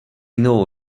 know